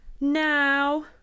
Now